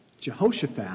Jehoshaphat